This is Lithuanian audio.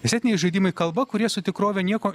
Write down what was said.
estetiniai žaidimai kalba kurie su tikrove nieko